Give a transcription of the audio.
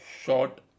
short